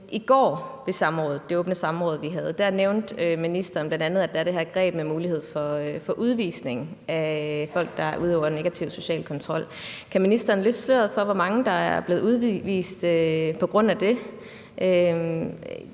samrådet – det åbne samråd, vi havde – nævnte ministeren bl.a., at der er det her greb med mulighed for udvisning af folk, der udøver negativ social kontrol. Kan ministeren løfte sløret for, hvor mange der er blevet udvist på grund af det?